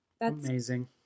Amazing